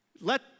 Let